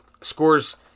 scores